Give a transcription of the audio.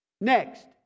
Next